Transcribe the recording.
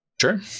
Sure